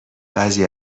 بعضی